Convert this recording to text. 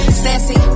sassy